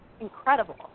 incredible